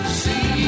see